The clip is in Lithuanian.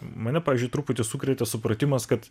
mane pavyzdžiui truputį sukrėtė supratimas kad